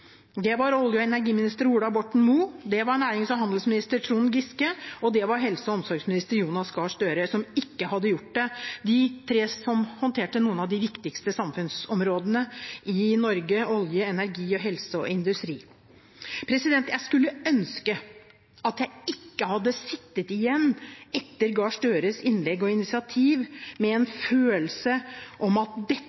Det var olje- og energiminister Ola Borten Moe, det var nærings- og handelsminister Trond Giske, og det var helse- og omsorgsminister Jonas Gahr Støre som ikke hadde gjort det – de tre som håndterte noen av de viktigste samfunnsområdene i Norge: olje, energi, helse og industri. Jeg skulle ønske at jeg ikke hadde sittet igjen, etter representanten Gahr Støres innlegg og initiativ, med